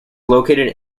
located